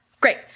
Great